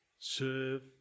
serve